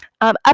up